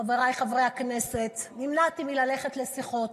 חבריי חברי הכנסת, נמנעתי מללכת לשיחות.